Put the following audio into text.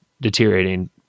deteriorating